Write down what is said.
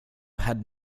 had